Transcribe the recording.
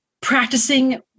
practicing